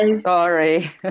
sorry